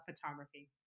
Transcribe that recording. Photography